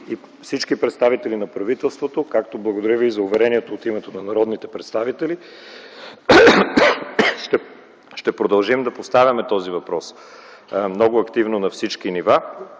и всички представители на правителството, както благодаря Ви и за уверението от името на народните представители, ще продължим да поставяме този въпрос много активно на всички нива